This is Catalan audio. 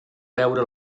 veure